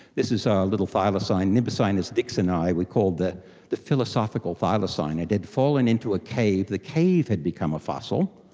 this is ah a little thylacine, nimbacinus dicksoni, we called the the philosophical thylacine. it had fallen into a cave, the cave had become a fossil,